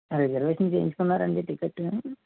reservation చేయించుకున్నారా అండి ticket